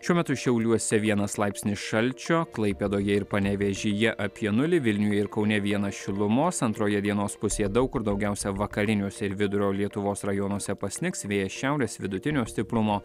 šiuo metu šiauliuose vienas laipsnis šalčio klaipėdoje ir panevėžyje apie nulį vilniuje ir kaune vienas šilumos antroje dienos pusėje daug kur daugiausia vakariniuose ir vidurio lietuvos rajonuose pasnigs vėjas šiaurės vidutinio stiprumo